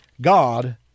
God